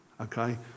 Okay